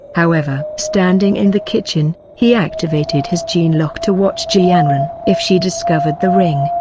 however. standing in the kitchen, he activated his gene lock to watch ji yanran. if she discovered the ring,